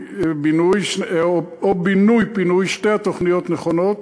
או בינוי-פינוי, שתי התוכניות נכונות,